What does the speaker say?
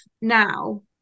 now